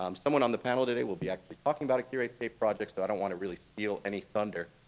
um someone on the panel today will be actually talking about a curatescape project so i don't want to really steal any thunder.